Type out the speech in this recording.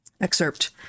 excerpt